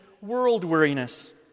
world-weariness